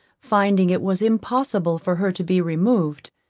finding it was impossible for her to be removed,